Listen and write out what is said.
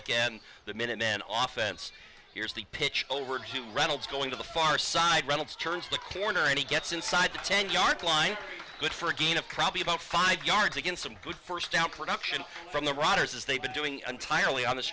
again the minute men off and here's the pitch over to reynolds going to the far side reynolds turns the corner and he gets inside the ten yard line but for a gain of probably about five yards again some good first down production from the writers as they've been doing entirely on